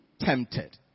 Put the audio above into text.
tempted